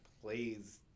plays